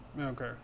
Okay